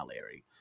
Larry